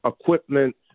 equipment